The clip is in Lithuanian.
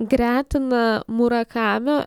gretina murakamio